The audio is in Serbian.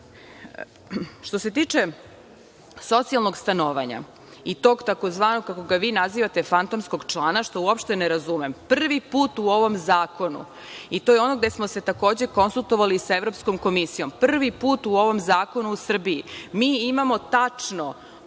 se tiče socijalnog stanovanja i tog tzv. fantomskog člana, kako ga vi nazivate, što uopšte ne razumem, prvi put u ovom zakonu, i to je ono gde smo se takođe konsultovali sa Evropskom komisijom, prvi put u ovom zakonu u Srbiji mi imamo tačno